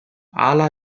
ala